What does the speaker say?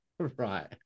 right